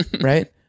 Right